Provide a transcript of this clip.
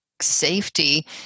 safety